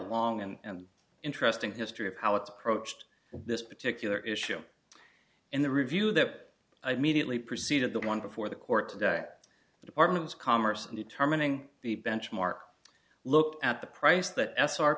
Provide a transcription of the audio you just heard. long and interesting history of how it's approached this particular issue in the review that immediately preceded the one before the court today at the department of commerce in determining the benchmark look at the price that s are